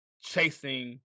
chasing